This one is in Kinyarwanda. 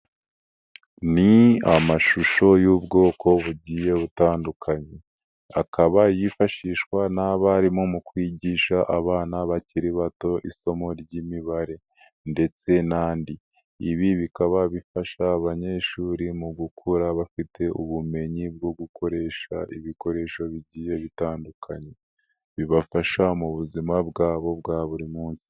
Ni amashusho y'ubwoko bugiye butandukanye akaba yifashishwa n'abarimu mu kwigisha abana bakiri bato isomo ry'imibare ndetse n'andi, ibi bikaba bifasha abanyeshuri mu gukura bafite ubumenyi bwo gukoresha ibikoresho bigiye bitandukanye bibafasha mu buzima bwabo bwa buri munsi.